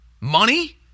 Money